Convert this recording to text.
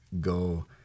go